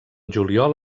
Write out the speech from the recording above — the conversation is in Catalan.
juliol